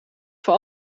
voor